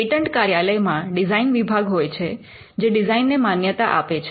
patent કાર્યાલયમાં design વિભાગ હોય છે જે ડિઝાઇનને માન્યતા આપે છે